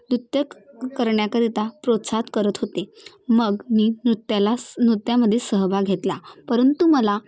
नृत्य करण्याकरिता प्रोत्साहीत करत होते मग मी नृत्याला स नृत्यामध्ये सहभाग घेतला परंतु मला